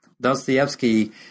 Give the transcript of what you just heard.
Dostoevsky